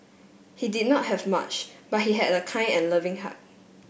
he did not have much but he had a kind and loving heart